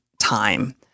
time